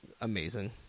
amazing